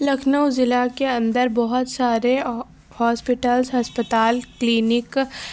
لکھنؤ ضلع کے اندر بہت سارے ہاسپٹلس ہسپتال کلینک